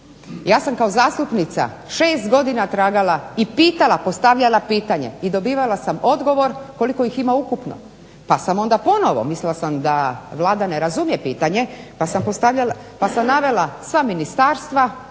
Ja sam kao zastupnica 6 godina tragala i pitala, postavljala pitanje i dobivala sam odgovor koliko ih ima ukupno. pa sam onda ponovo, mislila sam da Vlada ne razumije pitanje, pa sam navela sva ministarstva